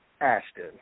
Ashton